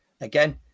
again